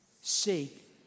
Seek